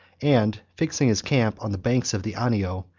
and fixing his camp on the banks of the anio,